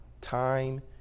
time